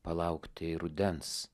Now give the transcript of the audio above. palaukti rudens